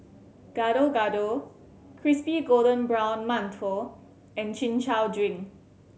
Gado Gado crispy golden brown mantou and Chin Chow drink